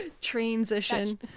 transition